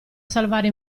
salvare